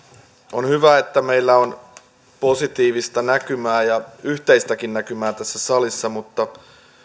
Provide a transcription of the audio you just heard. on hyvä että meillä on positiivista näkymää ja yhteistäkin näkymää tässä salissa mutta